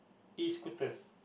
E scooters